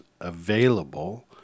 available